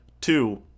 two